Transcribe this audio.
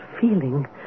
feeling